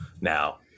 now